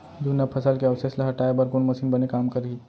जुन्ना फसल के अवशेष ला हटाए बर कोन मशीन बने काम करही?